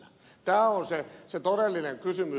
tämä on se todellinen kysymys